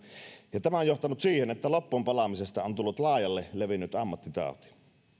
ja tämä on johtanut siihen että loppuunpalamisesta on tullut laajalle levinnyt ammattitauti